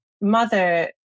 mother